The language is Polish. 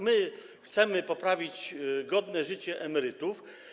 My chcemy poprawić godne życie emerytów.